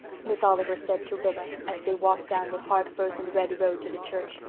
miss oliver said to rilla, as they walked down the hard-frozen red road to the church.